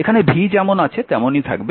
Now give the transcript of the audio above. এখানে v যেমন আছে তেমনই থাকবে